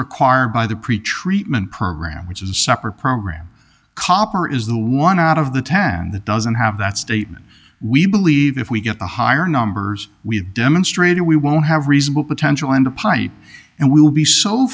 required by the pretreatment program which is a separate program copper is the one out of the tan that doesn't have that statement we believe if we get the higher numbers we've demonstrated we won't have reasonable potential in the pipe and we will be so